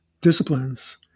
disciplines